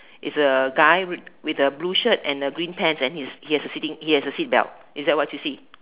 is a guy with a blue shirt and a green pants and he he has a sitting he has a seat belt is that what you see